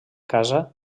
casa